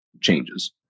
changes